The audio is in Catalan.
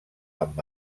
amb